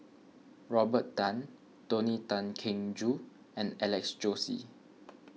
Robert Tan Tony Tan Keng Joo and Alex Josey